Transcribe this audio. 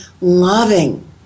loving